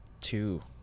two